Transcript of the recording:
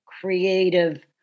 creative